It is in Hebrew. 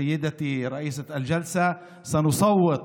גברתי יושבת-ראש הישיבה, אנחנו נצביע